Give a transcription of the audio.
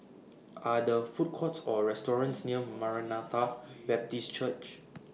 Are The Food Courts Or restaurants near Maranatha Baptist Church